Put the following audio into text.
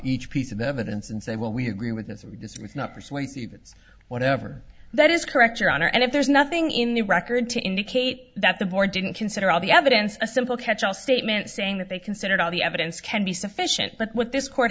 each piece of evidence and say well we agree with this it's not persuasive it's whatever that is correct your honor and if there's nothing in the record to indicate that the board didn't consider all the evidence a simple catch all statement saying that they considered all the evidence can be sufficient but what this court